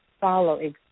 follow